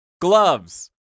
Gloves